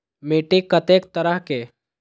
मिट्टी कतेक तरह के?